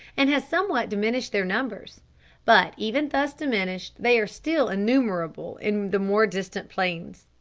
and has somewhat diminished their numbers but even thus diminished, they are still innumerable in the more distant plains.